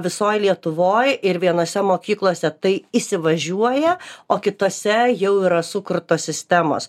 visoj lietuvoj ir vienose mokyklose tai įsivažiuoja o kitose jau yra sukurtos sistemos